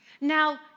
Now